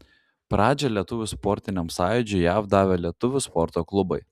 pradžią lietuvių sportiniam sąjūdžiui jav davė lietuvių sporto klubai